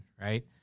Right